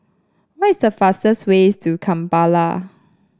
what is the fastest way to Kampala